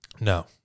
no